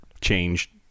change